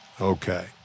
Okay